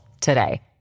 today